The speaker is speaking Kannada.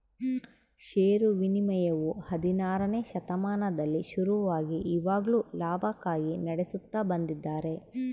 ಷೇರು ವಿನಿಮಯವು ಹದಿನಾರನೆ ಶತಮಾನದಲ್ಲಿ ಶುರುವಾಗಿ ಇವಾಗ್ಲೂ ಲಾಭಕ್ಕಾಗಿ ನಡೆಸುತ್ತ ಬಂದಿದ್ದಾರೆ